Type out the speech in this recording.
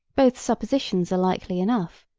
both suppositions are likely enough.